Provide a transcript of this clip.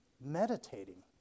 meditating